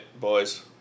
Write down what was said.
boys